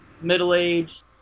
middle-aged